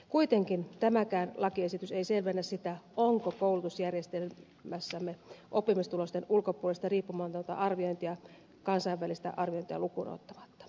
kuitenkaan tämäkään lakiesitys ei selvennä sitä onko koulutusjärjestelmässämme oppimistulosten ulkopuolista riippumatonta arviointia kansainvälistä arviointia lukuun ottamatta